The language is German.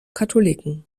katholiken